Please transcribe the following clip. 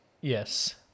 Yes